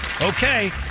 Okay